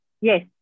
yes